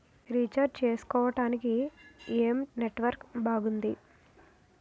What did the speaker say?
Recharge చేసుకోవటానికి ఏం network బాగుంది?